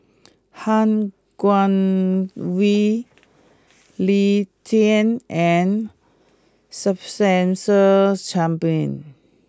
Han Guangwei Lee Tjin and Spencer Chapman